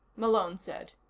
malone said.